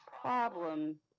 problem